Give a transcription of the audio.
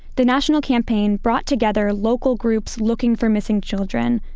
the national campaign brought together local groups looking for missing children,